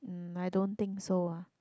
um I don't think so ah